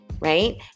right